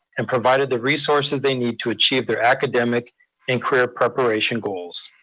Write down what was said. and provided the resources they need to achieve their academic and career preparation goals.